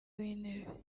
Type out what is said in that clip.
w’intebe